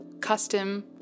custom